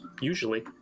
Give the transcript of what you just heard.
Usually